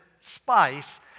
spice